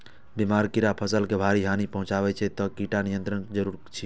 बीमारी, कीड़ा फसल के भारी हानि पहुंचाबै छै, तें कीट नियंत्रण जरूरी छै